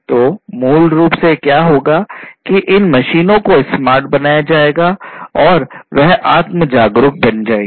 तो मूल रूप से क्या होगा होगा कि इन मशीनों को स्मार्ट बनाया जाएगा और वह आत्म जागरूक बन जाएंगी